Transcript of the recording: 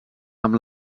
amb